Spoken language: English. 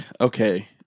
okay